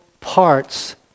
parts